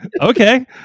Okay